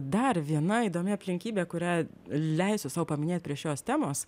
dar viena įdomi aplinkybė kurią leisiu sau paminėt prie šios temos